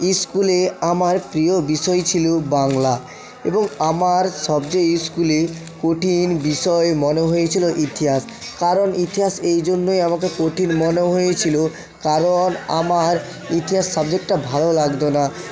স্কুলে আমার প্রিয় বিষয় ছিলো বাংলা এবং আমার সবচেয়ে স্কুলে কঠিন বিষয় মনে হয়েছিলো ইতিহাস কারণ ইতিহাস এই জন্যই আমাকে কঠিন মনে হয়েছিলো কারণ আমার ইতিহাস সাবজেক্টটা ভালো লাগত না